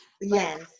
Yes